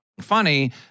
funny